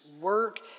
work